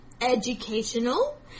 educational